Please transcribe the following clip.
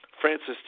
Francis